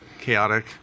chaotic